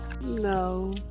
no